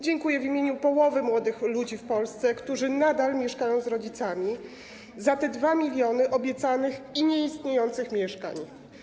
Dziękuję w imieniu połowy młodych ludzi w Polsce, którzy nadal mieszkają z rodzicami, za te 2 mln obiecanych i nieistniejących mieszkań.